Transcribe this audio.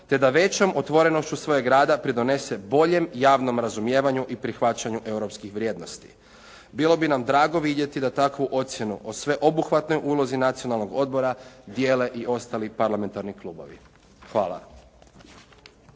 te da većom otvorenošću svojeg rada pridonese boljem javnom razumijevanju i prihvaćanju europskih vrijednosti. Bilo bi nam drago vidjeti da takvu ocjenu o sveobuhvatnoj ulozi Nacionalnog odbora dijele i ostali parlamentarni klubovi. Hvala.